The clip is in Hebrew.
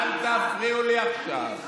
אל תפריעו לי עכשיו.